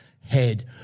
head